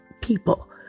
people